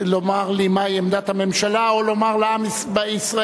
לומר לי מהי עמדת הממשלה או לומר לעם ישראל